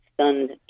stunned